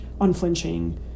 unflinching